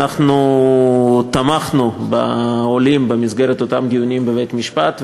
אנחנו תמכנו בעולים במסגרת אותם דיונים בבית-המשפט,